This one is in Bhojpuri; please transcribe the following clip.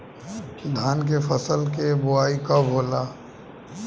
धान के फ़सल के बोआई कब होला?